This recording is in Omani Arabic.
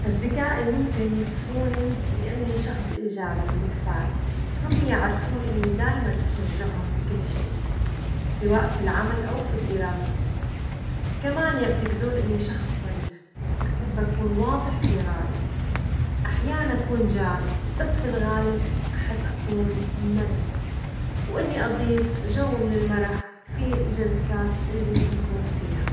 أصدجائي ممكن يصفوني بأني شخص إيجابي ومتفائل، هم يعرفون إني دايمًا أشجعهم في كل شيء، سواء في العمل أو في الدراسة، كمان يعتجدون إني شخص صريح، أحب أكون واضح في رأيي، أحيانًا أكون جاد بس في الغالب أحب أكون مرح، وإني أضيف جو من المرح في الجلسات اللي نكون فيها.